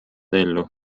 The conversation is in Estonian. ellu